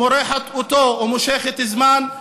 מורחת אותו ומושכת זמן,